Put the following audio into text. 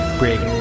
break